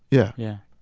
yeah yeah.